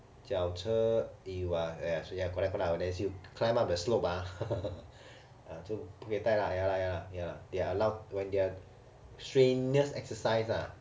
脚车 if uh eh ya correct correct as you climb up the slope ah 就不可以戴啦 ya lah ya lah ya they are allowed when there are strenuous exercise lah